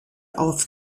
auf